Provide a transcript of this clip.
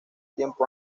tiempo